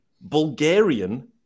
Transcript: Bulgarian